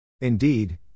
Indeed